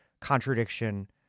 contradiction